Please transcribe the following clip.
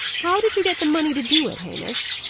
how did you get the money to do it, hamish?